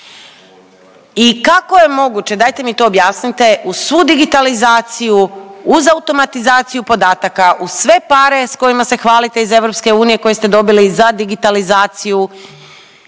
i kako je moguće, dajte mi to objasnite uz svu digitalizaciju, uz automatizaciju podataka, uz sve pare s kojima se hvalite iz EU koje ste dobili za digitalizaciju,